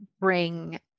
bring